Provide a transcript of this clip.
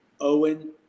Owen